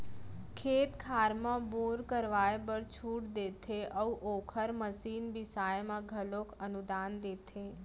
खेत खार म बोर करवाए बर छूट देते अउ ओखर मसीन बिसाए म घलोक अनुदान देथे